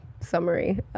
summary